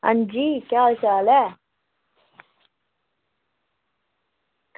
अंजी केह् हाल चाल ऐ